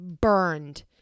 burned